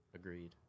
Agreed